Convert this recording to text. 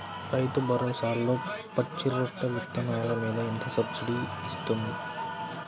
రైతు భరోసాలో పచ్చి రొట్టె విత్తనాలు మీద ఎంత సబ్సిడీ ఇస్తుంది?